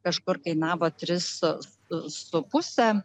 kažkur kainavo tris su puse